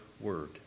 word